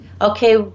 Okay